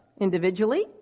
individually